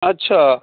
अच्छा